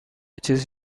چیز